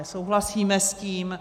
Souhlasíme s tím.